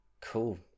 Cool